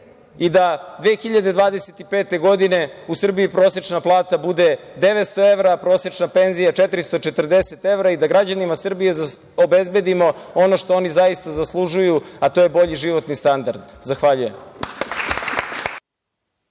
i da 2025. godine u Srbiji prosečna plata bude 900 evra, a prosečna penzija 440 evra i da građanima Srbije obezbedimo ono što oni zaista zaslužuju, a to je bolji životni standard. Zahvaljujem.